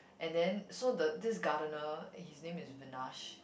and then so the this gardener his name is Vinash